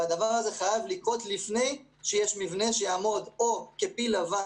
אבל הדבר הזה חייב לקרות לפני שיש מבנה שיעמוד כפיל לבן,